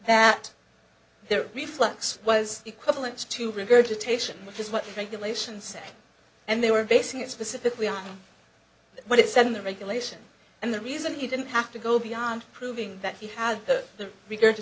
that their reflex was equivalent to regurgitation which is what regulations say and they were basing it specifically on what it said in the regulation and the reason he didn't have to go beyond proving that he has the reg